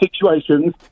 situations